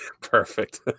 Perfect